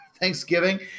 Thanksgiving